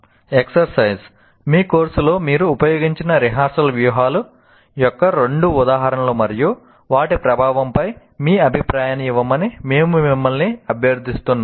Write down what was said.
exercise మీ కోర్సులలో మీరు ఉపయోగించిన రిహార్సల్ వ్యూహాల యొక్క రెండు ఉదాహరణలు మరియు వాటి ప్రభావంపై మీ అభిప్రాయాన్ని ఇవ్వమని మేము మిమ్మల్ని అభ్యర్థిస్తున్నాము